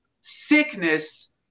Sickness